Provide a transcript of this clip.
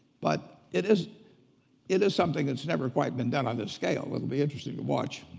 but it is it is something that's never quite been done on this scale. it'll be interesting to watch.